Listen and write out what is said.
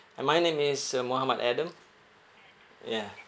uh my name is uh mohammad adam ya